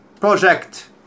Project